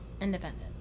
independent